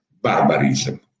barbarism